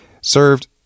served